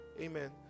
Amen